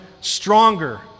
stronger